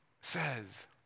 says